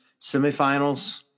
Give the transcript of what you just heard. semifinals